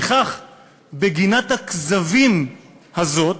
וכך בגינת הכזבים הזאת